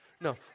No